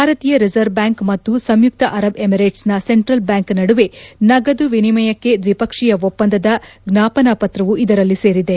ಭಾರತೀಯ reserve bank ಮತ್ತು ಸಂಯುಕ್ತ ಅರಬ್ ಎಮಿರೇಟ್ಸ್ ಸೆಂಟ್ರಲ್ ಬ್ಯಾಂಕ್ ನಡುವೆ ನಗದು ವಿನಿಮಯಕ್ಷೆ ದ್ವಿಪಕ್ಷೀಯ ಒಪ್ಪಂದದ ಜ್ವಾಸನಾಪತ್ರವು ಇದರಲ್ಲಿ ಸೇರಿದೆ